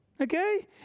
Okay